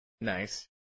Nice